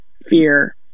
fear